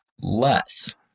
less